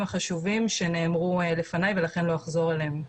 החשובים שנאמרו קודם לכן ולכן לא אחזור עליהם.